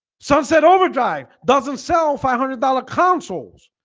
sunset overdrive doesn't sell five hundred dollars consoles